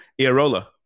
Iarola